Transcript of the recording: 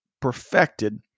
perfected